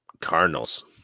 Cardinals